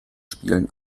spielen